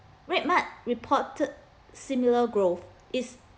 redmart reported similar growth is